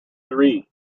three